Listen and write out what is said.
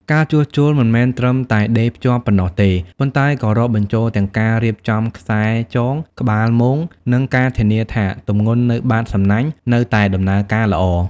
ការជួសជុលមិនមែនត្រឹមតែដេរភ្ជាប់ប៉ុណ្ណោះទេ ប៉ុន្តែក៏រាប់បញ្ចូលទាំងការរៀបចំខ្សែចង ក្បាលមង និងការធានាថាទម្ងន់នៅបាតសំណាញ់នៅតែដំណើរការល្អ។